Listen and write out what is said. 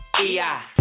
E-I